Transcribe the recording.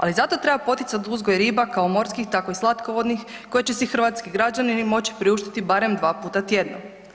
Ali zato treba poticati uzgoj riba kako morskih, tako i slatkovodnih koje će si hrvatski građani moći priuštiti barem dva puta tjedno.